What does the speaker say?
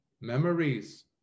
memories